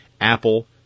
Apple